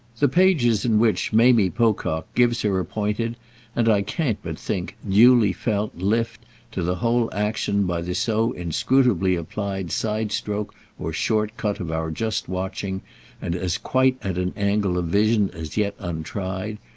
the pages in which mamie pocock gives her appointed and, i can't but think, duly felt lift to the whole action by the so inscrutably-applied side-stroke or short-cut of our just watching and as quite at an angle of vision as yet untried,